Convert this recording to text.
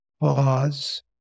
Pause